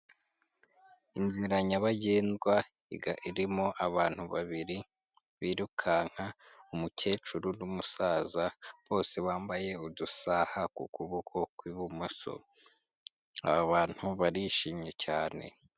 Inzira nyabagendwa iga irimo abantu babiri, birukanka umukecuru n'umusaza bose wambaye udusa ku kuboko kwi'bumoso, aba abantu barishimye cyane.